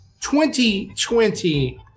2020